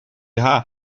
haar